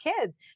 kids